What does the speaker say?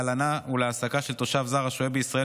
להלנה ולהעסקה של תושב זר השוהה בישראל